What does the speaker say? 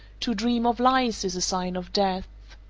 to dream of lice is a sign of death.